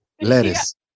lettuce